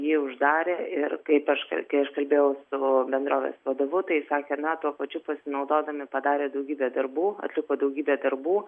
jį uždarė ir kaip aš kai aš kalbėjau su bendrovės vadovu tai sakė nato pačiu pasinaudodami padarė daugybę darbų atliko daugybę darbų